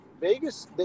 Vegas